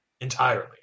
entirely